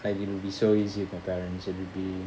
like it would be so easy with my parents it would be